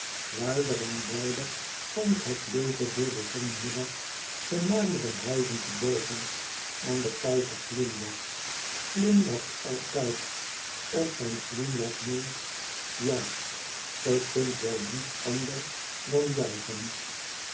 luider en luider galmt het leve door den zonmiddag de marmeren huizen te boven en de keizer glimlacht glimlacht altijd of zijn glimlach meent juicht ge kunt wel niet ànders dan juichen